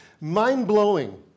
mind-blowing